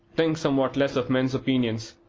think somewhat less of men's opinions,